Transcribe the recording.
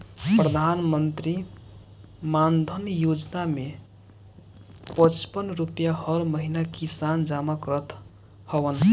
प्रधानमंत्री मानधन योजना में पचपन रुपिया हर महिना किसान जमा करत हवन